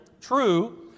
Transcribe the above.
True